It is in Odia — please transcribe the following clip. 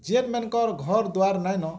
ଯେନ୍ ମାନଙ୍କର ଘର ଦ୍ୱାର ନାଇନ